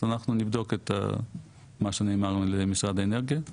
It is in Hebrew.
אז אנחנו נבדוק את מה שנאמר למשרד האנרגיה.